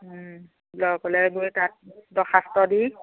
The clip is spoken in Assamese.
লকলৈ গৈ তাত দখাস্ত দি